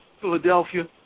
Philadelphia